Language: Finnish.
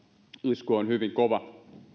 isku on hyvin kova